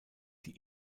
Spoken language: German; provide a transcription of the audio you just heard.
die